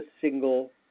single